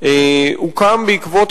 אדוני השר,